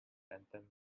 anthem